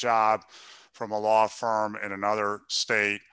job from a law firm in another state